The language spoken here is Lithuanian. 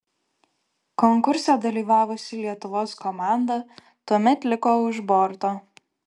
konkurse dalyvavusi lietuvos komanda tuomet liko už borto